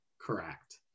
correct